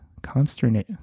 Consternate